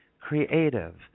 creative